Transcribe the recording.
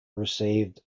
received